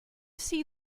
see